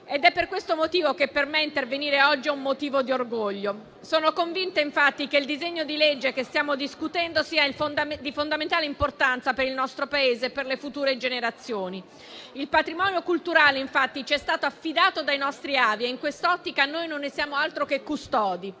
ed è per questo motivo che per me intervenire oggi è motivo di orgoglio. Sono convinta, infatti, che il disegno di legge che stiamo discutendo sia di fondamentale importanza per il nostro Paese e per le future generazioni. Il patrimonio culturale ci è stato affidato dai nostri avi e in quest'ottica noi non ne siamo altro che custodi.